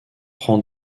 prend